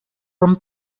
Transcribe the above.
from